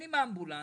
שמזמינים אמבולנס